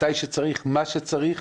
מתי שצריך, מה שצריך.